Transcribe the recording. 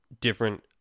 different